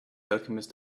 alchemist